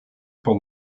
por